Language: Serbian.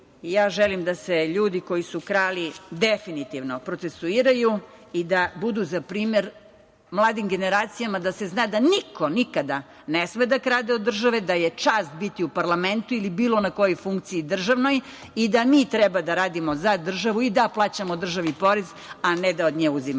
završili. Želim da se ljudi koji su krali definitivno procesuiraju i da budu za primer mladim generacijama, da se zna da niko nikada ne sme da krade od države, da je čast biti u parlamentu ili na bilo kojoj državnoj funkciji i da mi treba da radimo za državu, da plaćamo državi porez, a ne da od nje uzimamo.